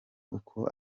uko